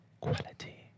quality